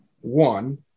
One